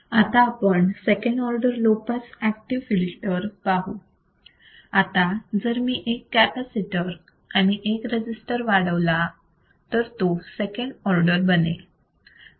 आता आपण second order low pass active filter पाहू आता जर मी एक कॅपॅसिटर आणि आणखी एक रजिस्टर resistor वाढवला तर तो सेकंड ऑर्डर बनेल